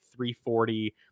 340